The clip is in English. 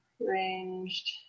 ranged